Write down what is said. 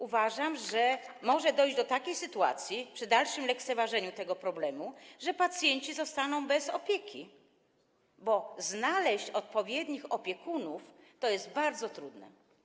Uważam, że może dojść do takiej sytuacji, w przypadku dalszego lekceważenia tego problemu, w której pacjenci pozostaną bez opieki, bo znaleźć odpowiednich opiekunów jest bardzo trudno.